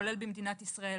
כולל במדינת ישראל,